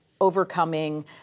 overcoming